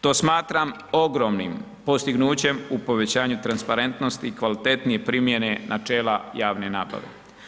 To smatram ogromnim postignućem u povećanju transparentnosti i kvalitetnije primjene načela javne nabave.